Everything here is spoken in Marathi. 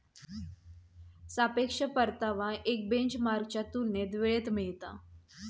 सापेक्ष परतावा एक बेंचमार्कच्या तुलनेत वेळेत मिळता